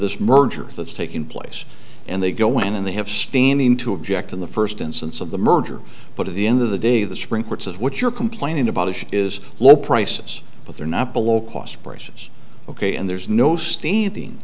this merger that's taking place and they go in and they have standing to object in the first instance of the merger but at the end of the day the supreme court says what you're complaining about is low prices but they're not below cost prices ok and there's no standing